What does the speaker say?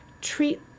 treat